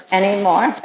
anymore